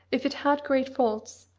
if it had great faults,